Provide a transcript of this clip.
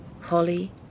holly